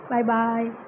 Bye-bye